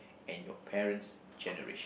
and your parents' generation